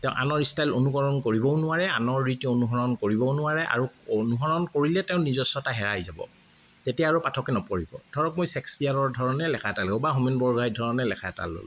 তেওঁ আনৰ ষ্টাইল অনুকৰণ কৰিবও নোৱাৰে আনৰ ৰীতি অনুসৰণ কৰিবও নোৱাৰে আৰু অনুসৰণ কৰিলে তেওঁৰ নিজস্বতা হেৰাই যাব তেতিয়া আৰু পাঠকে নপঢ়িব ধৰক মই শ্বেক্সপীয়েৰৰ ধৰণে লেখা এটা ল'লো বা হোমেন বৰগোহাঁইৰ ধৰণে লেখা এটা ল'লো